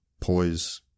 poise